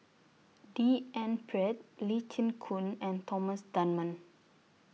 D N Pritt Lee Chin Koon and Thomas Dunman